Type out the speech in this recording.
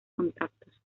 contactos